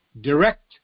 direct